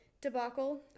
debacle